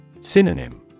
Synonym